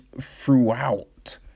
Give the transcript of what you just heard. throughout